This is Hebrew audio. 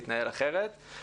אז תודה גדולה.